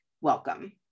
welcome